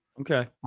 Okay